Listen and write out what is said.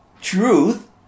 truth